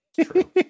True